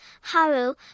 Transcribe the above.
Haru